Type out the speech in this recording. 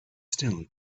still